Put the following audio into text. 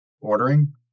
ordering